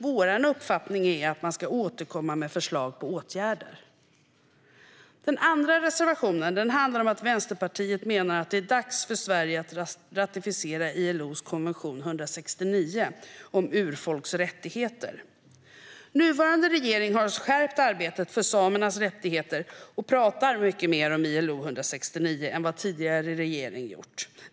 Vår uppfattning är att man ska återkomma med förslag till åtgärder. Den andra reservationen handlar om att Vänsterpartiet menar att det är dags för Sverige att ratificera ILO:s konvention 169 om urfolks rättigheter. Nuvarande regering har skärpt arbetet för samernas rättigheter och pratar mycket mer om ILO 169 än vad tidigare regering gjort.